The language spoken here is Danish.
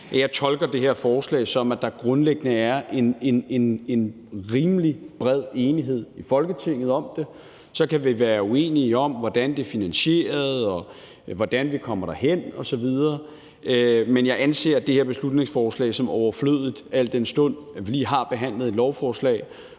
jeg tolker det her forslag, som at der grundlæggende er en rimelig bred enighed i Folketinget om det. Så kan vi være uenige om, hvordan det er finansieret, og hvordan vi kommer derhen osv., men jeg anser det her beslutningsforslag for overflødigt, al den stund at vi lige har behandlet et lovforslag.